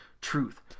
truth